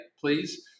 please